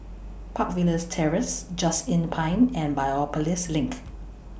Park Villas Terrace Just Inn Pine and Biopolis LINK